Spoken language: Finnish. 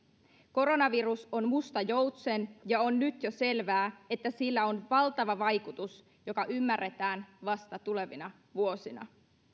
koronavirus on musta joutsen ja on nyt jo selvää että sillä on valtava vaikutus joka ymmärretään vasta tulevina vuosina